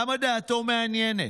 למה דעתו מעניינת?